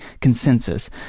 consensus